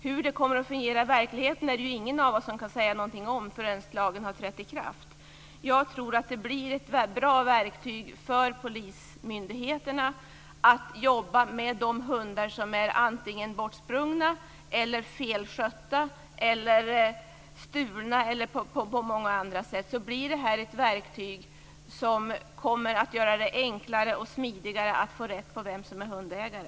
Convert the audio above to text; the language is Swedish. Hur det kommer att fungera i verkligheten är det ingen av oss som kan säga någonting om förrän lagen har trätt i kraft. Jag tror att den blir ett bra verktyg för polismyndigheten i jobbet med de hundar som antingen är bortsprungna, felaktigt skötta, stulna eller kräver åtgärder på många andra sätt. Då blir det här ett verktyg som kommer att göra det enklare och smidigare att få rätt på vem som är hundägare.